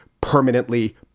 permanently